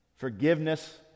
Forgiveness